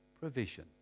provision